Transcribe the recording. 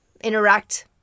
interact